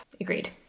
Agreed